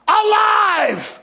alive